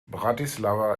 bratislava